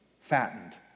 fattened